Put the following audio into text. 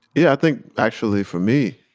yeah, i think actually, for me,